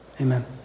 amen